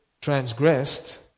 transgressed